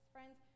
Friends